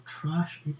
trash